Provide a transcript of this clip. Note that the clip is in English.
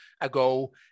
ago